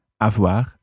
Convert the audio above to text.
Avoir